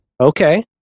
Okay